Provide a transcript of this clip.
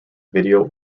video